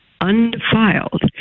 Undefiled